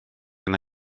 yna